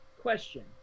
Question